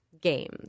games